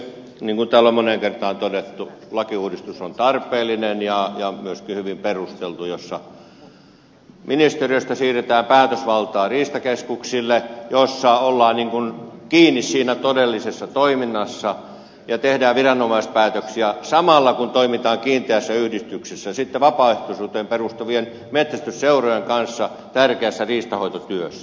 niin kuin täällä on moneen kertaan todettu lakiuudistus on tarpeellinen ja myöskin hyvin perusteltu jossa ministeriöstä siirretään päätösvaltaa riistakeskuksille joissa ollaan kiinni siinä todellisessa toiminnassa ja tehdään viranomaispäätöksiä samalla kun toimitaan kiinteässä yhteydessä sitten vapaaehtoisuuteen perustuvien metsästysseurojen kanssa tärkeässä riistanhoitotyössä